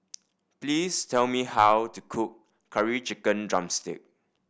please tell me how to cook Curry Chicken drumstick